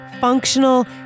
functional